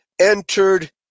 entered